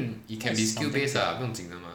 what is something